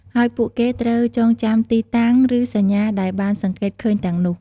ហើយពួកគេត្រូវចងចាំទីតាំង ឬសញ្ញាដែលបានសង្កេតឃើញទាំងនោះ។